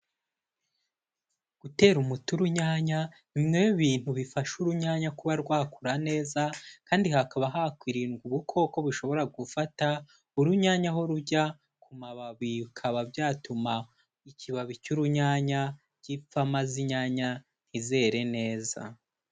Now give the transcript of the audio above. Gutera umuti urunyanya ni bimwe bintu bifasha urunyanya kuba rwakura neza kandi hakaba hakwirindwa ubukoko bishobora gufata urunyanya aho rujya ku mababi, bikaba byatuma ikibabi cy'urunyanya gipfa maze inyanya ntizere neza.